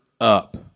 up